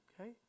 Okay